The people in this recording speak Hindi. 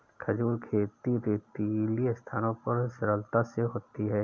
खजूर खेती रेतीली स्थानों पर सरलता से होती है